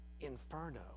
inferno